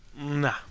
Nah